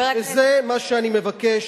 וזה מה שאני מבקש.